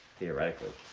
theoretically,